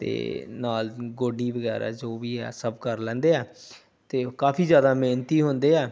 ਅਤੇ ਨਾਲ ਗੋਡੀ ਵਗੈਰਾ ਜੋ ਵੀ ਹੈ ਸਭ ਕਰ ਲੈਂਦੇ ਆ ਅਤੇ ਕਾਫੀ ਜ਼ਿਆਦਾ ਮਿਹਨਤੀ ਹੁੰਦੇ ਆ